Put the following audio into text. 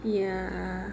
ya